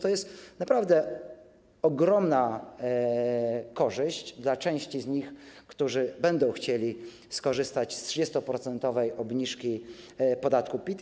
To jest naprawdę ogromna korzyść dla części z nich, dla tych, którzy będą chcieli skorzystać z 30-procentowej obniżki podatku PIT.